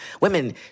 women